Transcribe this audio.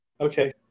okay